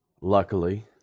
Luckily